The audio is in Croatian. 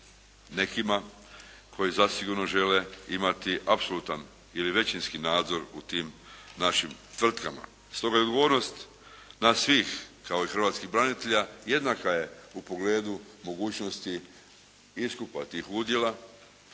nekima koji zasigurno žele imati apsolutan ili većinski nadzor u tim našim tvrtkama. Stoga je odgovornost nas svih kao i hrvatskih branitelja jednaka je u pogledu mogućnosti iskupa tih udjela